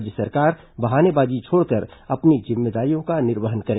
राज्य सरकार बहानेबाजी छोड़कर अपनी जिम्मेदारियों का निर्वाह करें